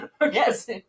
Yes